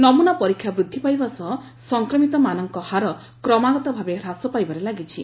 ନମୁନା ପରୀକ୍ଷା ବୃଦ୍ଧି ପାଇବା ସହ ସଂକ୍ରମିତମାନଙ୍କ ହାର କ୍ରମାଗତ ଭାବେ ହ୍ରାସ ପାଇବାରେ ଲାଗିଛି